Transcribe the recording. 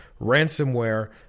ransomware